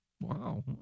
wow